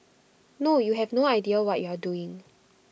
no you have no idea what you are doing